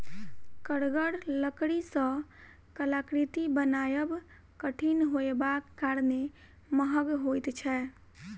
कड़गर लकड़ी सॅ कलाकृति बनायब कठिन होयबाक कारणेँ महग होइत छै